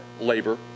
labor